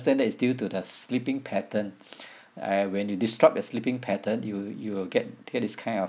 ~stand that it's due to the sleeping pattern uh when you disrupt your sleeping pattern you you will get get this kind of